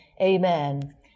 Amen